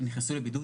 הם נכנסו לבידוד,